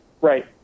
Right